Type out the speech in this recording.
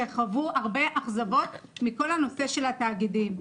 שחוו הרבה אכזבות מכל הנושא של התאגידים.